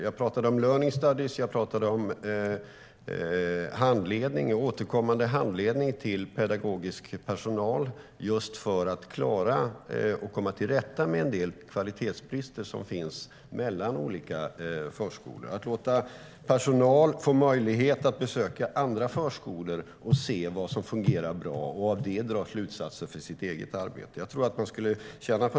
Jag pratade om learning studies och om återkommande handledning till pedagogisk personal för att klara och komma till rätta med en del kvalitetsbrister i förskolan. Jag tror att man skulle tjäna på att låta personal i en förskola besöka andra förskolor för att se vad som fungerar bra där och av det dra slutsatser för sitt eget arbete.